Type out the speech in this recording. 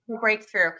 Breakthrough